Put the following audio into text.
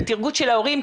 בטרגוט של ההורים,